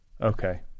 Okay